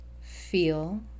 Feel